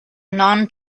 non